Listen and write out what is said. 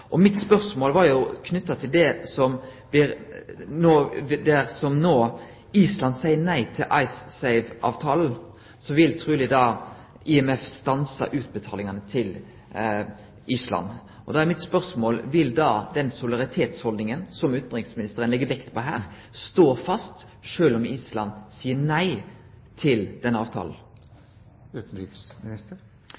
Mitt spørsmål var knytt til at dersom Island no seier nei til Icesave-avtalen, vil IMF truleg stanse utbetalingane til Island. Vil da den solidaritetsholdninga som utanriksministeren legg vekt på her, stå fast, sjølv om Island seier nei til avtalen?